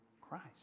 Christ